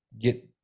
get